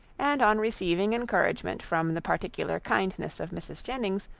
and on receiving encouragement from the particular kindness of mrs. jennings,